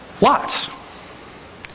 lots